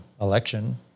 election